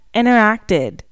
interacted